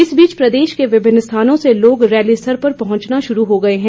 इस बीच प्रदेश के विभिन्न स्थानों से लोग रैली स्थल पर पहुंचने शुरू हो गए हैं